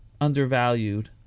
undervalued